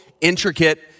intricate